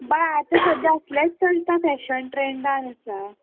बाय आता सद्या असलेंच चलता फॅशन ट्रँडान आसा